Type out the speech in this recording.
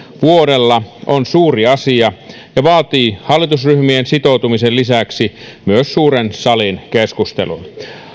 vuodella on suuri asia ja vaatii hallitusryhmien sitoutumisen lisäksi myös suuren salin keskustelun